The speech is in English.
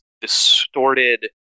distorted